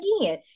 again